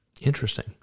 Interesting